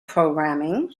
programming